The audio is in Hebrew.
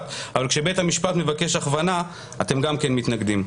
אבל כשבית המשפט מבקש הכוונה אתם גם כן מתנגדים.